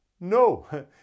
no